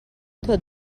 tot